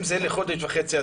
אם זה לחודש וחצי,